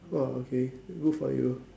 okay good for you